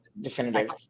definitive